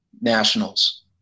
nationals